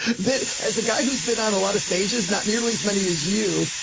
that as a guy who's been on a lot of stages, not nearly as many as you.